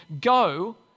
Go